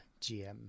GM